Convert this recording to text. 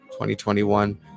2021